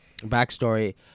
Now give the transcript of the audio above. backstory